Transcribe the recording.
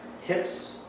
Hips